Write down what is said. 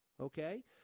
okay